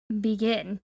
begin